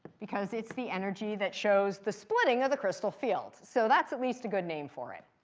because it's the energy that shows the splitting of the crystal field. so that's at least a good name for it.